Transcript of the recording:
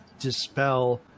dispel